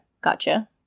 gotcha